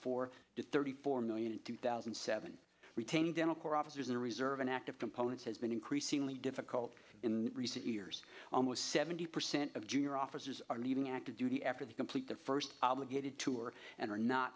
to thirty four million in two thousand and seven retaining dental care officers in the reserve an active component has been increasingly difficult in recent years almost seventy percent of junior officers are leaving active duty after the complete the first obligated to or and are not